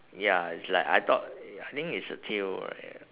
ya it's like I thought ya I think it's a tail right